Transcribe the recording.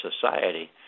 society